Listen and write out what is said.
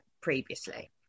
previously